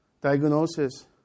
diagnosis